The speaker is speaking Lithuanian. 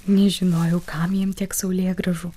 nežinojau kam jam tiek saulėgrąžų